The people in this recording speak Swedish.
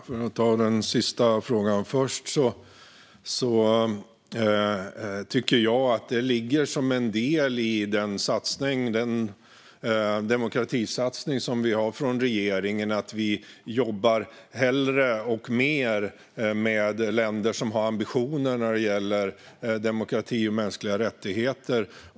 Fru talman! Jag tar den sista frågan först: Jag tycker att det ligger som en del i den demokratisatsning regeringen gör att vi jobbar hellre och mer med länder som har ambitioner när det gäller demokrati och mänskliga rättigheter.